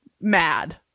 mad